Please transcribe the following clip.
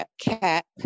cap